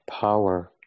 power